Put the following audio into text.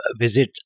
visit